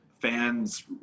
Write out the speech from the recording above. fans